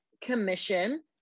commission